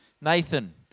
Nathan